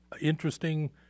interesting